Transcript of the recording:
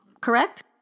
correct